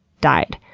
died.